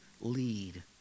lead